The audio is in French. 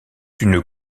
une